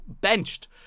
benched